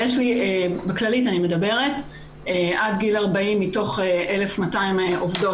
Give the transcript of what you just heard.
בכללית עד גיל 40 מתוך 1,200 עובדות,